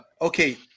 okay